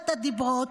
שבו,